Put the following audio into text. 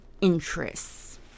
interests